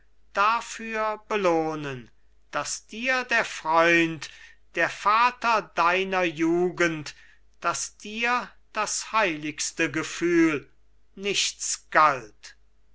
dafür belohnen daß dir der freund der vater deiner jugend daß dir das heiligste gefühl nichts galt